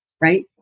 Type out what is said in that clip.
right